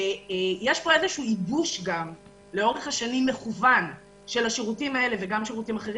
יש פה ייבוש מכוון לאורך השנים של השירותים האלה וגם של שירותים אחרים,